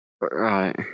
Right